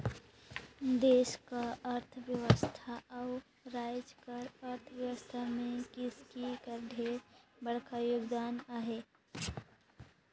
देस कर अर्थबेवस्था अउ राएज कर अर्थबेवस्था में किरसी कर ढेरे बड़खा योगदान अहे